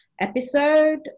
episode